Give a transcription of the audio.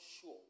sure